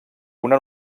una